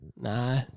Nah